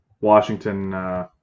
Washington